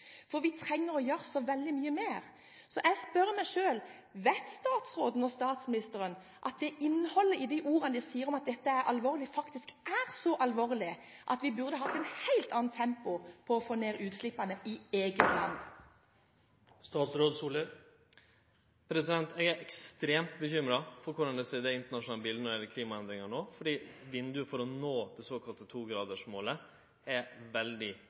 for vi trenger å gjøre så veldig mye mer. Så jeg spør meg selv: Vet statsråden og statsministeren at innholdet i de ordene de bruker, om at dette er alvorlig, faktisk er så alvorlig at vi burde hatt et helt annet tempo for å få ned utslippene i eget land? Eg er ekstremt bekymra for korleis det internasjonale biletet ser ut når det gjeld klimaendringar no, fordi vinduet for å nå det såkalla togradersmålet, er veldig